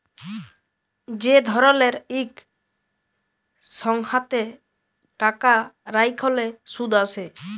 যে ধরলের ইক সংস্থাতে টাকা রাইখলে সুদ আসে